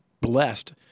blessed